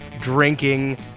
drinking